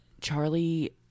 Charlie